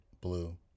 blue